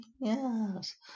Yes